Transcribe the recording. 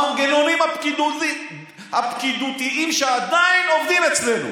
המנגנונים הפקידותיים שעדיין עובדים אצלנו.